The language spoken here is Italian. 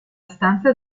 stanza